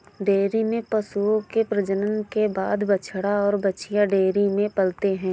dairy में पशुओं के प्रजनन के बाद बछड़ा और बाछियाँ डेयरी में पलते हैं